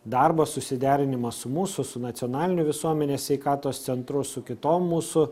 darbo susiderinimas su mūsų su nacionaliniu visuomenės sveikatos centru su kitom mūsų